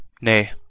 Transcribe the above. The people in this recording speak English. Nay